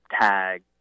tag